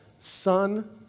Son